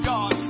God